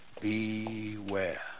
Beware